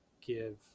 give